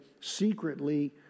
secretly